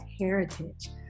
Heritage